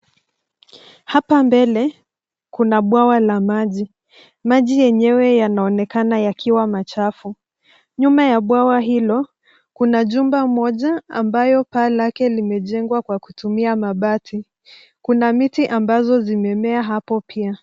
Hapa mbele kuna bwawa la maji, maji yenyewe yanaonekana kuwa machafu. Nyuma ya bwawa hili kuna Kuna miti ambazo zimemea hapo pia.